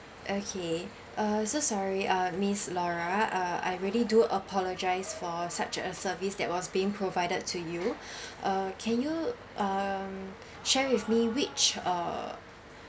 okay uh so sorry uh miss laura uh I really do apologise for such a service that was being provided to you uh can you um share with me which uh